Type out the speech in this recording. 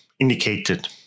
indicated